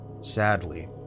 Sadly